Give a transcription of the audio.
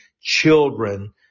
children